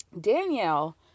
Danielle